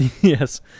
Yes